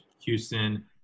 Houston